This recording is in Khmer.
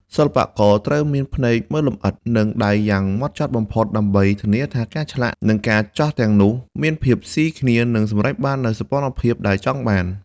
សិល្បករត្រូវមានភ្នែកមើលលម្អិត និងដៃយ៉ាងហ្មត់ចត់បំផុតដើម្បីធានាថាការឆ្លាក់និងការចោះទាំងអស់មានភាពស៊ីគ្នានិងសម្រេចបាននូវសោភ័ណភាពដែលចង់បាន។